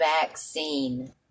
vaccine